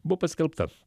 buvo paskelbta